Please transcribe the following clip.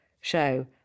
show